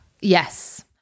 Yes